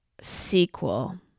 sequel